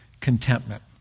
contentment